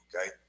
okay